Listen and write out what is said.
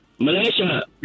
Malaysia